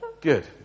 Good